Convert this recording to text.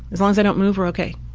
as long as i don't move, we're ok.